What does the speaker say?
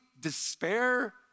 despair